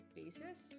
basis